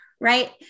Right